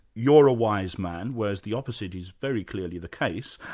you're a wise man', whereas the opposite is very clearly the case,